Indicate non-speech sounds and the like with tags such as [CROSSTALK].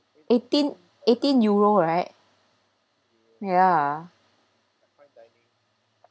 eighteen eighteen euro right ya [NOISE]